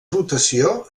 rotació